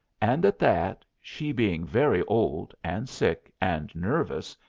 and at that, she being very old, and sick, and nervous,